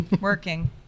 working